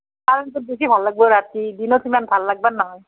কাৰণ তাত বেছি ভাল লাগিব ৰাতি দিনত সিমান ভাল